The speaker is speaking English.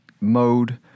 mode